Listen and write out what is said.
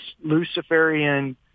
Luciferian